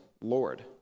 Lord